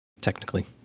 technically